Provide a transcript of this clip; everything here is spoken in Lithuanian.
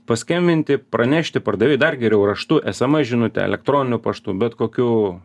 paskambinti pranešti pardavėjui dar geriau raštu esames žinute elektroniniu paštu bet kokiu